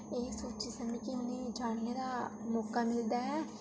इ'यै सोची समझी उ'नेंगी जानने दी मौका मिलदा